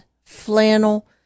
flannel